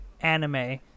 anime